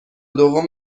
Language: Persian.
دوم